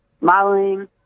modeling